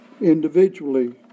individually